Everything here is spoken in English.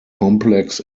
complex